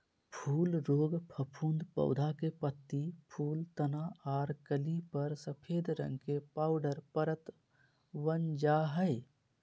फूल रोग फफूंद पौधा के पत्ती, फूल, तना आर कली पर सफेद रंग के पाउडर परत वन जा हई